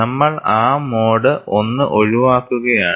നമ്മൾ ആ mode I ഒഴിവാക്കുകയാണ്